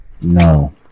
No